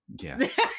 Yes